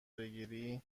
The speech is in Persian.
بگیری